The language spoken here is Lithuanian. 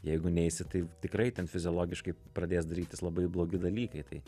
jeigu neisi tai tikrai ten fiziologiškai pradės darytis labai blogi dalykai tai